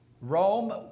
Rome